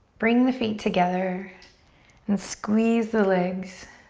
bring the feet together and squeeze the legs.